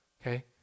okay